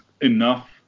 enough